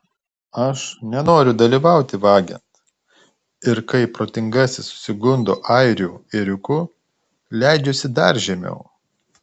aš nenoriu dalyvauti vagiant ir kai protingasis susigundo airių ėriuku leidžiuosi dar žemiau